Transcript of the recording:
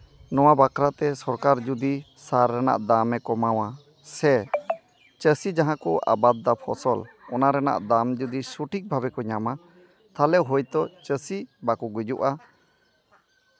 ᱱᱚᱣᱟ ᱵᱟᱠᱷᱨᱟᱛᱮ ᱥᱚᱨᱠᱟᱨ ᱡᱩᱫᱤ ᱥᱟᱨ ᱨᱮᱱᱟᱜ ᱫᱟᱢᱮ ᱠᱚᱢᱟᱣᱟ ᱥᱮ ᱪᱟᱹᱥᱤ ᱡᱟᱦᱟᱸ ᱠᱚ ᱟᱵᱟᱫ ᱫᱟ ᱯᱷᱚᱥᱚᱞ ᱚᱱᱟ ᱨᱮᱱᱟᱜ ᱫᱟᱢ ᱡᱩᱫᱤ ᱥᱚᱴᱷᱤᱠ ᱵᱷᱟᱵᱮ ᱠᱚ ᱧᱟᱢᱟ ᱛᱟᱞᱚᱦᱮ ᱦᱳᱭᱛᱳ ᱪᱟᱹᱥᱤ ᱵᱟᱠᱚ ᱜᱩᱡᱩᱜᱼᱟ